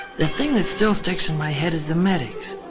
the thing that still sticks in my head is the medics.